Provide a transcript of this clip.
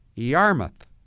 Yarmouth